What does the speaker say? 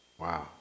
Wow